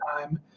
time